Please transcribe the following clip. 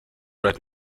right